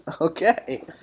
Okay